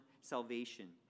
salvation